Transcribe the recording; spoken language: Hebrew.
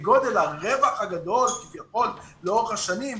כגודל הרווח הגדול כביכול לאורך השנים,